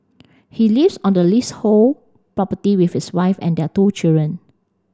he lives on the leasehold property with his wife and their two children